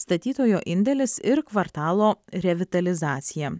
statytojo indėlis ir kvartalo revitalizacija